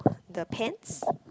the pants